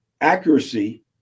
accuracy